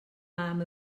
mam